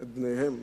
את בניהם,